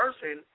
person